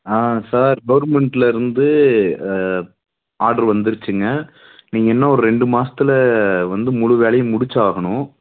ஆ sir கவுர்மெண்ட்லிருந்து order வந்துருச்சுங்க நீங்கள் இன்னும் ஒரு ரெண்டு மாசத்துல வந்து முழு வேலையும் முடிச்சாகணும்